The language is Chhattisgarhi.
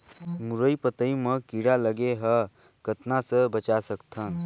मुरई पतई म कीड़ा लगे ह कतना स बचा सकथन?